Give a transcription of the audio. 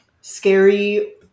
scary